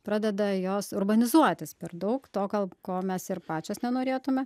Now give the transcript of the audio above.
pradeda jos urbanizuotis per daug to gal ko mes ir pačios nenorėtume